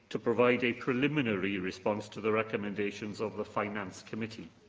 to provide a preliminary response to the recommendations of the finance committee.